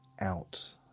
out